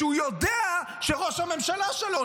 הוא יודע שראש הממשלה שלו,